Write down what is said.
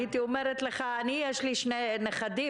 הייתי אומרת לך שלי יש שני נכדים,